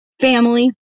family